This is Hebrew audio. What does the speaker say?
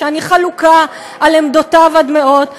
שאני חלוקה על עמדותיו עד מאוד,